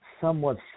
somewhat